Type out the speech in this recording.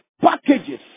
packages